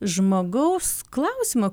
žmogaus klausimą